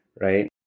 right